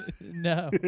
No